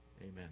Amen